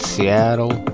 Seattle